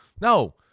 no